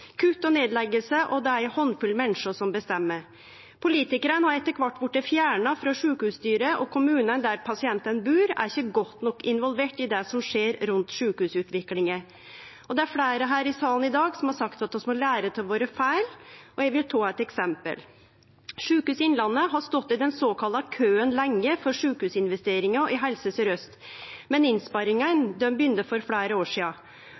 kutt og nedleggingar, og det er ei handfull menneske som bestemmer. Politikarane har etter kvart blitt fjerna frå sjukehusstyra, og kommunane, der pasientane bur, er ikkje godt nok involverte i det som skjer rundt sjukehusutviklinga. Det er fleire her i salen i dag som har sagt at vi må lære av feila våre, og eg vil ta eit eksempel. Sjukehuset Innlandet har stått i den såkalla køen lenge før sjukehusinvesteringane i Helse Sør-Øst, men innsparingane begynte for fleire år sidan,